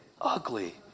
ugly